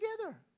together